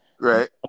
Right